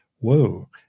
Whoa